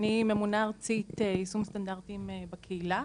אני ממונה ארצית יישום סטנדרטים בקהילה,